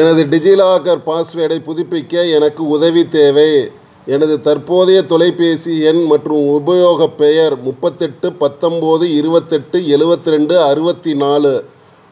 எனது டிஜிலாக்கர் பாஸ்வேர்டைப் புதுப்பிக்க எனக்கு உதவி தேவை எனது தற்போதைய தொலைபேசி எண் மற்றும் உபயோகப் பெயர் முப்பத்தெட்டு பத்தொம்போது இருபத்தெட்டு எழுவத் ரெண்டு அறுபத்தி நாலு